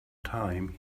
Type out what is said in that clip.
time